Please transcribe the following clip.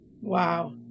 Wow